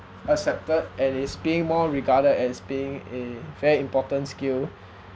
accepted and is being more regarded as being a fair important skill